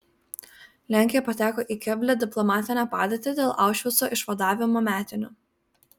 lenkija pateko į keblią diplomatinę padėtį dėl aušvico išvadavimo metinių